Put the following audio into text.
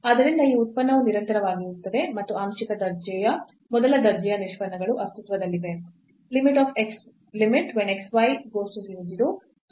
ಆದ್ದರಿಂದ ಈ ಉತ್ಪನ್ನವು ನಿರಂತರವಾಗಿರುತ್ತದೆ ಮತ್ತು ಆಂಶಿಕ ದರ್ಜೆಯ ಮೊದಲ ದರ್ಜೆಯ ನಿಷ್ಪನ್ನಗಳು ಅಸ್ತಿತ್ವದಲ್ಲಿವೆ